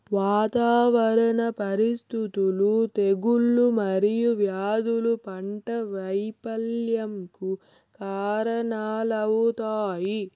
వాతావరణ పరిస్థితులు, తెగుళ్ళు మరియు వ్యాధులు పంట వైపల్యంకు కారణాలవుతాయి